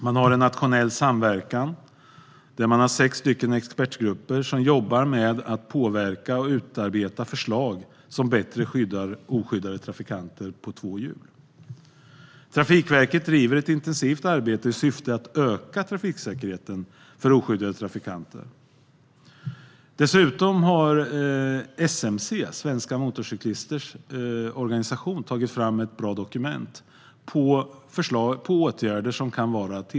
I nationell samverkan jobbar sex expertgrupper med att påverka och utarbeta förslag om hur oskyddade trafikanter på två hjul ska skyddas på ett bättre sätt. Trafikverket bedriver också ett intensivt arbete i syfte att öka trafiksäkerheten för oskyddade trafikanter. Dessutom har SMC, Sveriges Motorcyklister, tagit fram ett bra dokument med förslag på åtgärder.